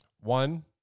One